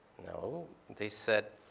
know? they said.